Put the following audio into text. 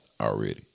already